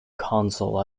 console